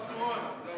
השר התורן.